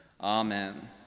Amen